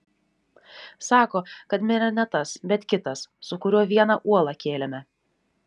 sako kad mirė ne tas bet kitas su kuriuo vieną uolą kėlėme